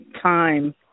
time